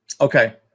okay